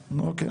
אוקיי.